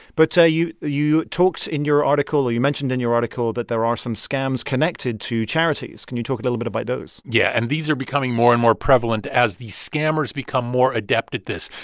but you you talked in your article or you mentioned in your article that there are some scams connected to charities. can you talk a little bit about those? yeah. and these are becoming more and more prevalent as these scammers become more adept at this.